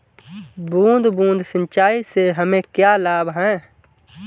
बूंद बूंद सिंचाई से हमें क्या लाभ है?